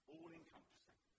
All-encompassing